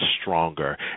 stronger